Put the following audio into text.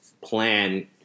plan